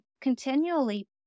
continually